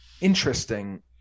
interesting